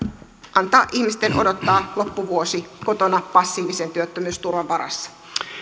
ihmisten odottaa loppuvuosi kotona passiivisen työttömyysturvan varassa